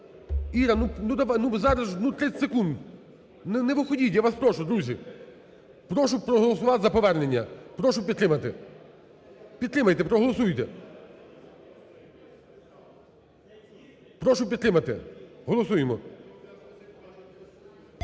Іра, ну зараз, ну 30 секунд. Не виходіть, я вас прошу, друзі. Прошу проголосувати за повернення. Прошу підтримати. Підтримайте, проголосуйте. Прошу підтримати. Голосуємо.